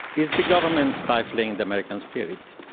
is big government stifling the american spirit?